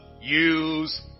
use